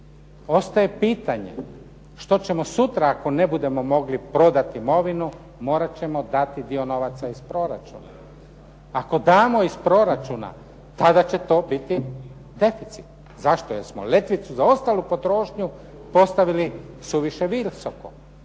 Ostaje pitanje što ćemo sutra ako ne budemo mogli prodati imovinu, morat ćemo dati dio novaca iz proračuna. Ako damo iz proračuna tada će to biti deficit. Zašto? Jer smo letvicu za ostalu potrošnju postavili suviše visoko